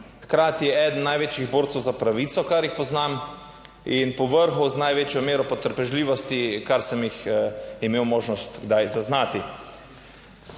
Hkrati je eden največjih borcev za pravico, kar jih poznam, in po vrhu z največjo mero potrpežljivosti, kar sem jih imel možnost kdaj zaznati.